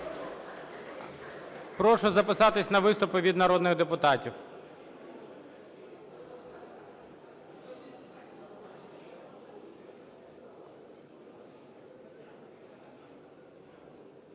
Прошу записатись на виступи від народних депутатів.